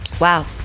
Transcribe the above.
wow